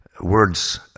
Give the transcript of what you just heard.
words